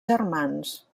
germans